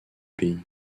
pays